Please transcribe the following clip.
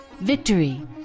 Victory